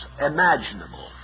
imaginable